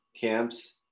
camps